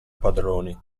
padroni